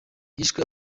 hishwe